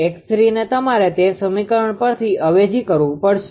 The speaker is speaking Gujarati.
𝑥3̇ને તમારે તે સમીકરણ પરથી અવેજી કરવું પડશે